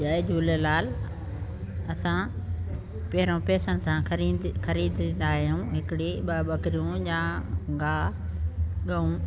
जय झूलेलाल असां पहिरयों पेसनि सां ख़रीद खरीदींदा आहियूं हिकिड़ी ॿ ॿकिरियूं जां गाह ॻऊं